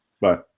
Bye